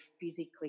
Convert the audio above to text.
physically